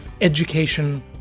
education